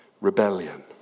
rebellion